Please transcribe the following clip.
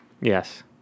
yes